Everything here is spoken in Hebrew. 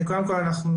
קודם כל אנחנו,